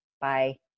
Bye